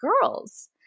girls